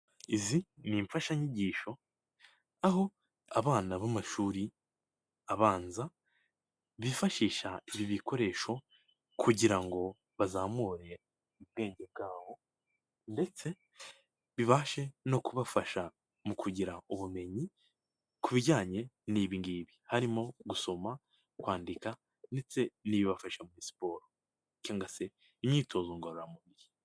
Izi ni imfashanyigisho aho abana b'amashuri abanza bifashisha ibi bikoresho kugira ngo bazamure ubwenge bwabo, ndetse bibashe no kubafasha mu kugira ubumenyi ku bijyanye n'ingibi: harimo gusoma, kwandika, ndetse n'ibibafasha muri siporo cyangwa nga se imyitozo ngororamubiri.